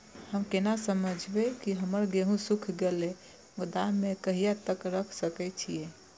हम केना समझबे की हमर गेहूं सुख गले गोदाम में कहिया तक रख सके छिये?